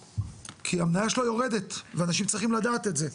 כי המניה שלו יורדת והאנשים צריכים לדעת את זה,